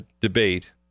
debate